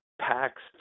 packs